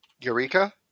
Eureka